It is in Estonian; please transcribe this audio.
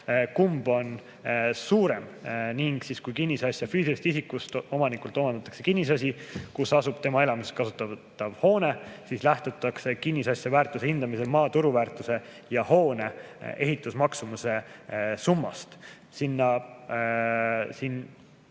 kumb on suurem. Kui kinnisasja füüsilisest isikust omanikult omandatakse kinnisasi, kus asub tema elamiseks kasutatav hoone, siis lähtutakse kinnisasja väärtuse hindamisel maa turuväärtuse ja hoone ehitusmaksumuse summast.